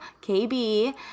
KB